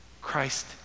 Christ